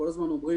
כל הזמן אומרים